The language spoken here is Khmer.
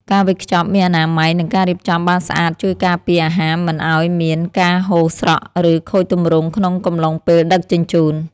ការវេចខ្ចប់មានអនាម័យ និងការរៀបចំបានស្អាតជួយការពារអាហារមិនឱ្យមានការហូរស្រក់ ឬខូចទម្រង់ក្នុងកំឡុងពេលដឹកជញ្ជូន។